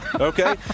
Okay